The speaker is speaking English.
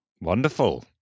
Wonderful